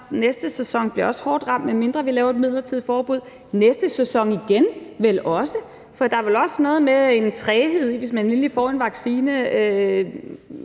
næste sæson bliver også hårdt ramt, medmindre vi laver et midlertidigt forbud, og den næste sæson igen vel også, for der er vel også noget med en træghed, hvis man endelig får en vaccine.